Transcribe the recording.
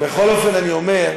בכל אופן, אני אומר,